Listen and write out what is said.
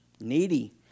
needy